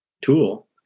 tool